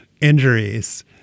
injuries